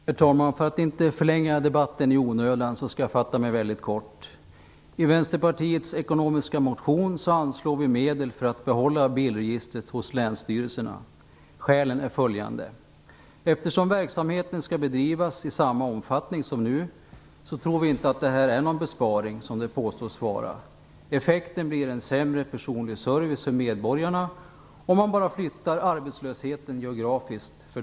Herr talman! För att inte förlänga debatten i onödan skall jag fatta mig väldigt kort. I Vänsterpartiets ekonomisk-politiska motion föreslås att medel skall anslås för att bilregistret skall kunna bli kvar på länsstyrelserna. Skälen är följande. Eftersom verksamheten skall bedrivas i samma omfattning som nu, tror vi inte att propositionens förslag, som det påstås, innebär någon besparing. Effekten blir en sämre personlig service för medborgarna. Man bara flyttar arbetslösheten geografiskt.